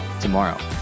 tomorrow